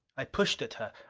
i pushed at her,